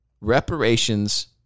reparations